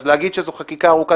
אז להגיד שזו חקיקה ארוכה,